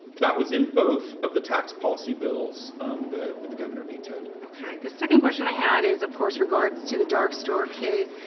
that was in both of the tax policy bills that the governor vetoed. okay, the second question i had is of course regards to the dark store case.